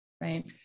right